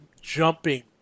jumping